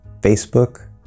facebook